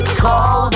call